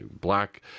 Black